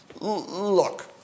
Look